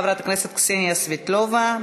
חברי הכנסת קסניה סבטלובה,